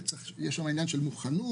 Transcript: יש שם עניין של מוכנות.